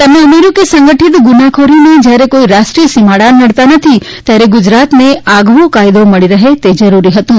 તેમણે ઉમેર્યું હતું કે સંગઠીત ગુનાખોરીને જ્યારે કોઇ રાષ્ટ્રિય સીમાડા નડતાં નથી ત્યારે ગુજરાતને આગવો કાયદો મળી રહે તે જરૂરી હતું